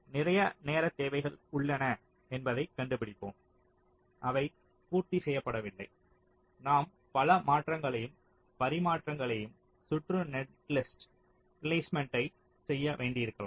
நிறைய நேரத் தேவைகள் உள்ளன என்பதைக் கண்டுபிடிப்போம் அவை பூர்த்தி செய்யப்படவில்லை நாம் பல மாற்றங்களையும் பரிமாற்றங்களையும் சுற்று நெட்லிஸ்ட் பிலேஸ்மேன்ட்டை செய்ய வேண்டியிருக்கலாம்